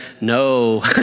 no